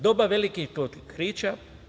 Doba velikih otkrića.